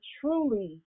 truly